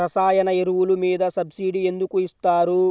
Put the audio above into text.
రసాయన ఎరువులు మీద సబ్సిడీ ఎందుకు ఇస్తారు?